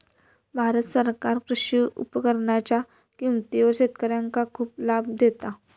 भारत सरकार कृषी उपकरणांच्या किमतीवर शेतकऱ्यांका खूप लाभ देता